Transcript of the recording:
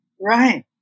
Right